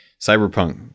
cyberpunk